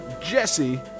Jesse